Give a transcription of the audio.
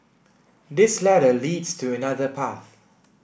this ladder leads to another path